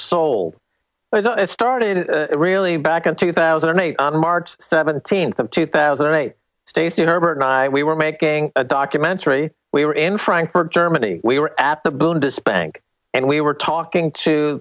but it started really back in two thousand and eight on march seventeenth of two thousand and eight stacy herbert and i we were making a documentary we were in frankfurt germany we were at the boon to spank and we were talking to